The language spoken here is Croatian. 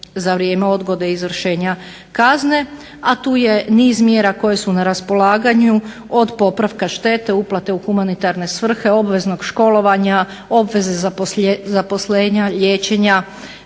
za vrijeme odgode izvršenja kazne. A tu je niz mjera koje su na raspolaganju, od popravka štete, uplate u humanitarne svrhe, obveznog školovanja, obveze zaposlenja, liječenja,